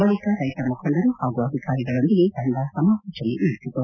ಬಳಿಕ ರೈತ ಮುಖಂಡರು ಹಾಗೂ ಅಧಿಕಾರಿಗಳೊಂದಿಗೆ ಸಮಾಲೋಚನೆ ನಡೆಸಿತು